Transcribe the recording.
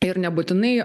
ir nebūtinai